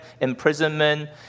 imprisonment